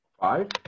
Five